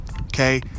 okay